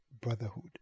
brotherhood